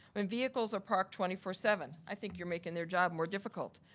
when vehicles are parked twenty four seven? i think you're making their job more difficult.